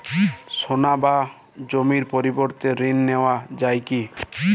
সোনা বা জমির পরিবর্তে ঋণ নেওয়া যায় কী?